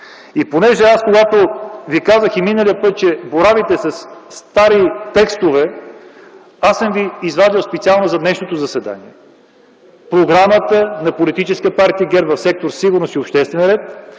от време и когато аз Ви казах миналия път, че боравите със стари текстове: аз съм Ви извадил специално за днешното заседание програмата на Политическа партия ГЕРБ в сектор „Сигурност и обществен ред”,